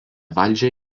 valdžią